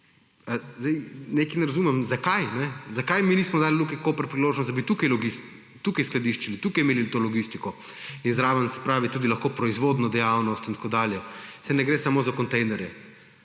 Zdaj nečesa ne razumem. Zakaj mi nismo dali Luki Koper priložnost, da bi tukaj skladiščili, tukaj imeli to logistiko in zraven tudi lahko proizvodno dejavnost in tako dalje. Saj ne gre samo za kontejnerje.